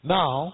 now